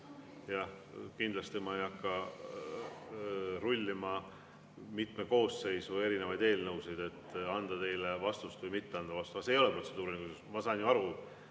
Kindlasti ma ei hakka rullima mitme koosseisu erinevaid eelnõusid, et anda teile vastust või mitte anda vastust. See ei ole protseduuriline küsimus. Ma saan ju aru,